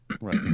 Right